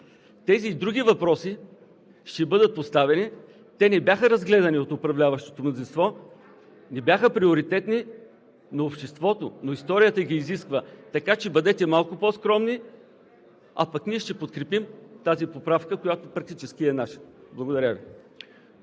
Тези и други въпроси ще бъдат поставени – те не бяха разгледани от управляващото мнозинство, не бяха приоритетни, но обществото и историята ги изискват. Така че бъдете малко по скромни, а пък ние ще подкрепим тази поправка, която практически е наша. Благодаря Ви.